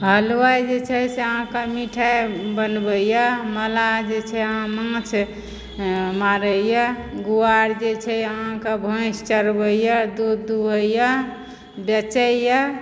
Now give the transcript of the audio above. हलुआइ जे छै से अहाँके मिठाइ बनबयए मलाह जे छै अहाँ माछ मारयए गुआर जे छै अहाँके भैंस चरबयए दूध दुहयए बेचयए